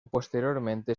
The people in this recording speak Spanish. posteriormente